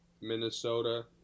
Minnesota